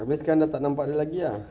abeh sekarang tak nampak dia lagi ah